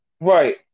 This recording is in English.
Right